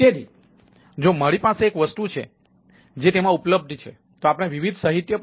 તેથી જો મારી પાસે એક વસ્તુ છે જે તેમાં ઉપલબ્ધ છે તો આપણે વિવિધ સાહિત્ય પણ જોયું છે